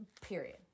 Period